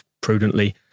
prudently